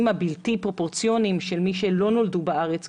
הבלתי פרופורציוניים של מי שלא נולדו בארץ,